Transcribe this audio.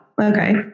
okay